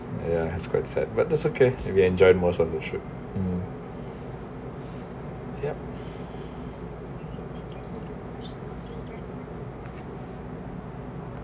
ya that's quite sad but that's okay and we enjoyed most of you shoot yup